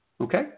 Okay